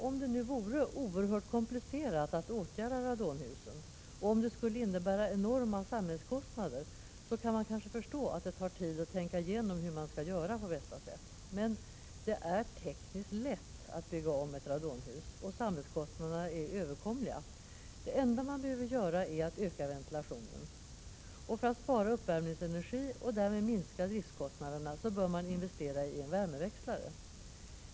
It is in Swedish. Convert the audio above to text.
Om det nu vore oerhört komplicerat att åtgärda radonhusen och om det skulle innebära enorma samhällskostnader, så kan man kanske förstå att det tar tid att tänka igenom hur man på bästa sätt skall göra. Men det är tekniskt lätt att bygga om ett radonhus, och samhällskostnaderna är överkomliga. Det enda man behöver göra är att öka ventilationen. Och för att spara uppvärmningsenergi och därmed minska driftkostnaderna bör man investera i en värmeväxlare.